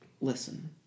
listen